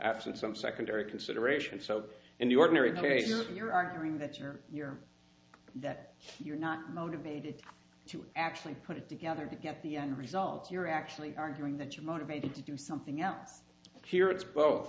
absent some secondary consideration so in the ordinary cases and you're arguing this or you're that you're not motivated to actually put it together to get the end result you're actually arguing that you're motivated to do something else here it's both